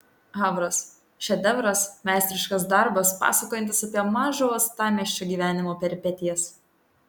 havras šedevras meistriškas darbas pasakojantis apie mažo uostamiesčio gyvenimo peripetijas